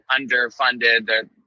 underfunded